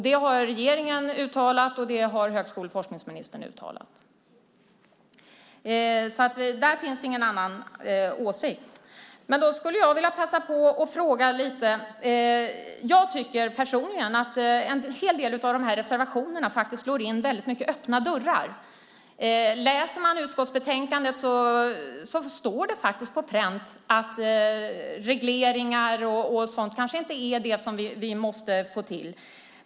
Det har regeringen och högskole och forskningsministern uttalat. Där finns ingen annan åsikt. Jag skulle vilja passa på att fråga lite. Jag tycker personligen att en hel del av reservationerna slår in väldigt många öppna dörrar. Läser man utskottsbetänkandet står det på pränt att det inte är regleringar och sådant som vi måste få till.